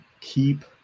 keep